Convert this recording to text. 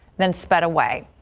then sped away.